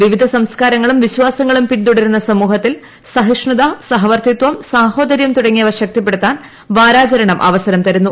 വിവിധ സംസ്കാരങ്ങളും വിശ്വാസങ്ങളും പിൻതുടരുന്ന സമൂഹത്തിൽ സഹിഷ്ണുത സഹവർത്തിത്വം സാഹോദര്യം തുടങ്ങിയവ ശക്തിപ്പെടുത്താൻ വാരാചരണം അവസരം തരുന്നു